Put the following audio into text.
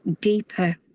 deeper